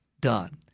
done